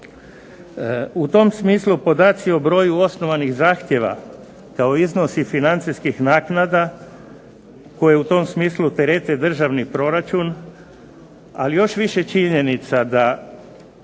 U tom smislu podaci o broju osnovanih zahtjeva kao iznosi financijskih naknada koje u tom smislu terete državni proračun, ali još više činjenica da